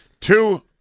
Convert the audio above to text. Two